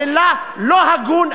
המילה לא הגון.